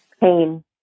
pain